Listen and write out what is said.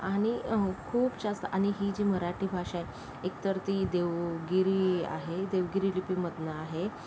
आणि खूप जास्त आणि ही जी मराठी भाषा आहे एक तर ती देवगिरी आहे देवगिरी लिपीमधून आहे